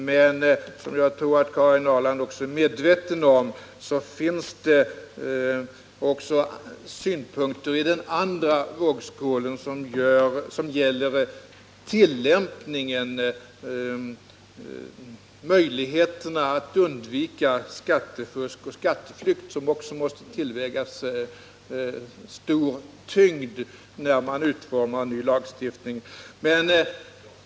Men det finns — och det tror jag att Karin Ahrland är medveten om —- synpunkter också i den andra vågskålen, som gäller tillämpningen och möjligheterna att undvika skattefusk och skatteflykt, och de måste givetvis också tillmätas stor tyngd när man utformar en ny lagstiftning.